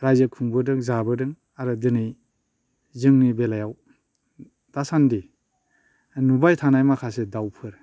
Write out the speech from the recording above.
रायजो खुंबोदों जाबोदों आरो दिनै जोंनि बेलायाव दासानदि नुबाय थानाय माखासे दाउफोर